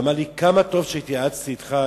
והוא אמר לי: כמה טוב שהתייעצתי אתך,